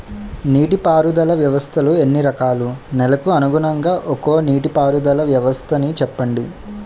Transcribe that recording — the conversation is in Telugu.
నీటి పారుదల వ్యవస్థలు ఎన్ని రకాలు? నెలకు అనుగుణంగా ఒక్కో నీటిపారుదల వ్వస్థ నీ చెప్పండి?